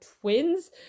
twins